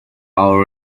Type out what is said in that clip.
our